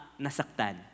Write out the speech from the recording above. nasaktan